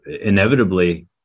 inevitably